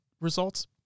results